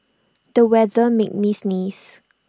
the weather made me sneeze